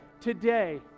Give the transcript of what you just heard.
today